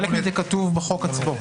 חלק מזה כתוב בחוק עצמו.